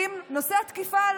אני קוראת לכולם להצביע בעד.